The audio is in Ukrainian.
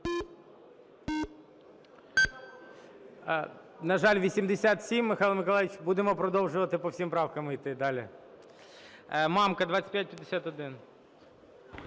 На жаль, 87. Михайле Миколайовичу, будемо продовжувати по всіх правках іти далі. Мамка, 2551.